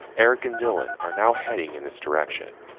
eric and dylan are now heading in this direction,